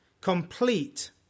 Complete